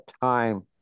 time